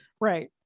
Right